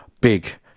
big